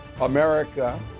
America